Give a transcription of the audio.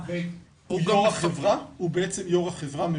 הוא בעצם יושב-ראש החברה הממשלתית?